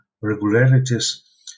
regularities